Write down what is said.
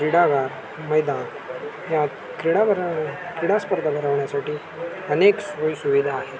क्रीडागार मैदान या क्रीडाभरा क्रीडा स्पर्धा भरवण्यासाठी अनेक सोयी सुविधा आहेत